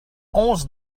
onze